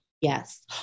Yes